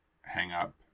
hang-up